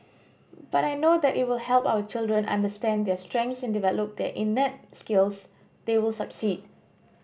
but I know that it will help our children understand their strengths and develop their innate skills they will succeed